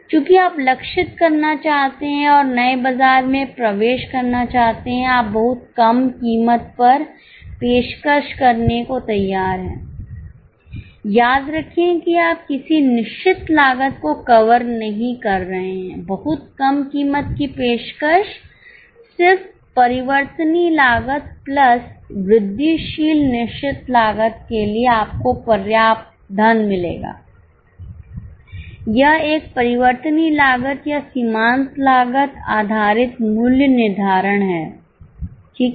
चूँकि आप लक्षित करना चाहते हैं और नए बाज़ार में प्रवेश करना चाहते हैं आप बहुत कम कीमत पर पेशकश करने को तैयार हैं याद रखें कि आप किसी निश्चित लागत को कवर नहीं कर रहे हैं बहुत कम कीमत की पेशकश सिर्फ परिवर्तनीय लागत प्लस वृद्धिशील निश्चित लागत के लिए आपको पर्याप्त धन मिलेगा यह एक परिवर्तनीय लागत या सीमांत लागत आधारित मूल्य निर्धारण है ठीक है